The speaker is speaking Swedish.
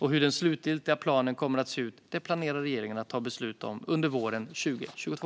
Hur den slutliga planen kommer att se ut planerar regeringen att ta beslut om under våren 2022.